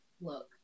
look